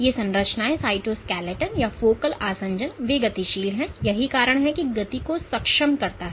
ये संरचनाएं साइटोस्केलेटन या फोकल आसंजन वे गतिशील हैं यही कारण है कि गति को सक्षम करता है